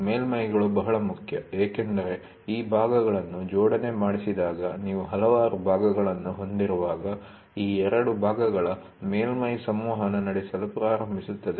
ಮೇಲ್ಮೈ'ಗಳು ಬಹಳ ಮುಖ್ಯ ಏಕೆಂದರೆ ಈ ಭಾಗಗಳನ್ನು ಜೋಡಣೆ ಮಾಡಿಸಿದಾಗ ನೀವು ಹಲವಾರು ಭಾಗಗಳನ್ನು ಹೊಂದಿರುವಾಗ ಈ ಎರಡು ಭಾಗಗಳ ಮೇಲ್ಮೈ ಸಂವಹನ ನಡೆಸಲು ಪ್ರಾರಂಭಿಸುತ್ತದೆ